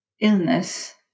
illness